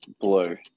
blue